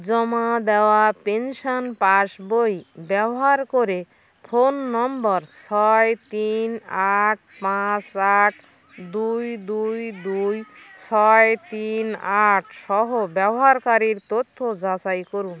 জমা দেওয়া পেনশান পাসবই ব্যবহার করে ফোন নম্বর ছয় তিন আট পাঁশ আট দুই দুই দুই ছয় তিন আট সহ ব্যবহারকারীর তথ্য যাচাই করুন